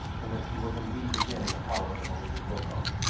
and that she was indeed again in the power of the malignant rokoff.